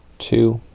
two